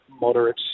moderate